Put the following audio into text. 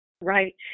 Right